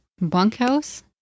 Bunkhouse